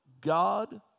God